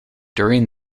during